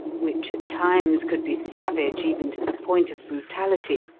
which at times could be savage even to the point of brutality,